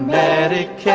yeah attic yeah